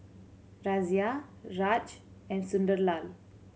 Razia Raj and Sunderlal